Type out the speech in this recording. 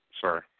Sorry